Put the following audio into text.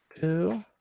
two